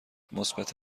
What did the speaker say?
مثبت